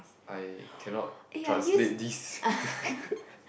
I cannot translate this